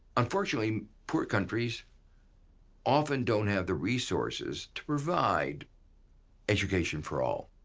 unfortunately, poor countries often don't have the resources to provide education for all